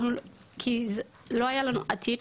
כי לא היה לנו עתיד,